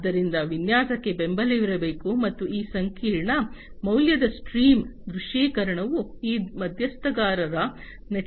ಆದ್ದರಿಂದ ವಿನ್ಯಾಸಕ್ಕೆ ಬೆಂಬಲವಿರಬೇಕು ಮತ್ತು ಈ ಸಂಕೀರ್ಣ ಮೌಲ್ಯದ ಸ್ಟ್ರೀಮ್ನ ದೃಶ್ಯೀಕರಣವು ಈ ಮಧ್ಯಸ್ಥಗಾರರ ನೆಟ್ವರ್ಕ್ನಿಂದ ರಚಿಸಲ್ಪಡುತ್ತದೆ